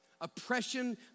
Oppression